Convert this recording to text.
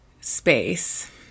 space